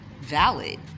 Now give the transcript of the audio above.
valid